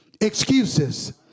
excuses